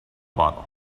bottle